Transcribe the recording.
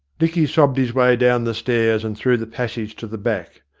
dicky sobbed his way down the stairs and through the passage to the back.